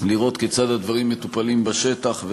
לראות כיצד הדברים מטופלים בשטח,